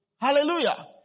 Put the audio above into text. Hallelujah